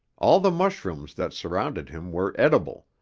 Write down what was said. all the mushrooms that surrounded him were edible,